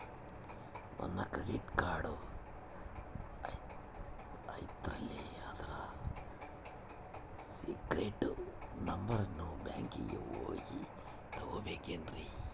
ನನ್ನ credit card ಐತಲ್ರೇ ಅದರ ಸೇಕ್ರೇಟ್ ನಂಬರನ್ನು ಬ್ಯಾಂಕಿಗೆ ಹೋಗಿ ತಗೋಬೇಕಿನ್ರಿ?